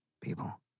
people